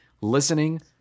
listening